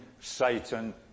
Satan